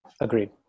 agreed